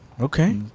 Okay